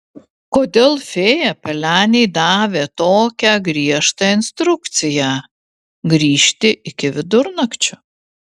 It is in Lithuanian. kodėl fėja pelenei davė tokią griežtą instrukciją grįžti iki vidurnakčio